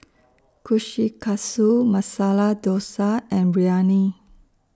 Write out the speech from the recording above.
Kushikatsu Masala Dosa and Biryani